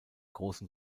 großen